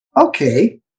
okay